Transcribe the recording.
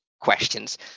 questions